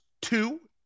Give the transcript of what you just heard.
two